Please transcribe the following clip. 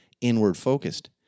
inward-focused